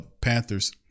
Panthers